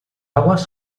aguas